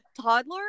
toddler